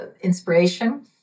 inspiration